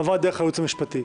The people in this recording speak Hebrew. עברה דרך הייעוץ המשפטי.